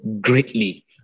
greatly